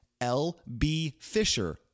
lbfisher